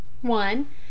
One